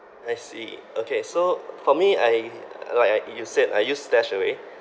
I see okay so for me I like I you said I use stashaway